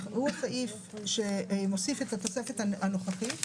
הוא הסעיף שמוסיף את התוספת הנוכחית.